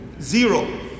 Zero